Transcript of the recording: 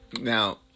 now